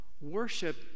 Worship